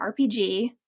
RPG